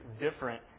different